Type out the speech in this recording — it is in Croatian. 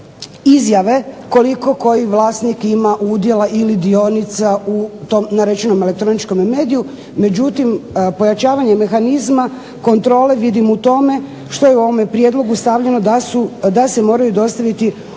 izjave koliko koji vlasnik ima udjela ili dionica u tom narečenom elektroničkom mediju, međutim pojačavanje mehanizma kontrole vidim u tome što je u ovom prijedlogu stavljeno da se moraju dostaviti ovjerene